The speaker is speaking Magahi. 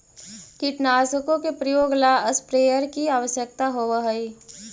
कीटनाशकों के प्रयोग ला स्प्रेयर की आवश्यकता होव हई